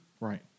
Right